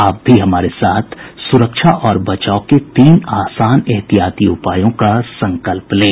आप भी हमारे साथ सुरक्षा और बचाव के तीन आसान एहतियाती उपायों का संकल्प लें